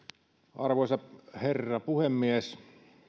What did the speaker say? arvoisa herra puhemies